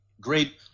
great